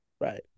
right